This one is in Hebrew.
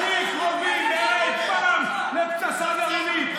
הכי קרובים אי-פעם לפצצה גרעינית.